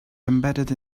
embedded